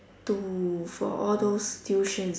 to for all those tuitions